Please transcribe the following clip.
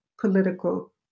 political